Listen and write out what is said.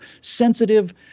sensitive